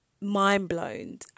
mind-blown